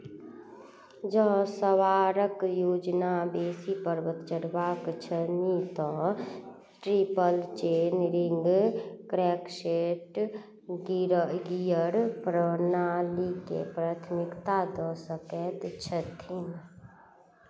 जँ सवारक योजना बेसी पर्वत चढ़बाक छनि तऽ triple chain ring crank set गिरर गियर प्रणालीकेँ प्राथमिकता दऽ सकैत छथिन